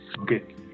Okay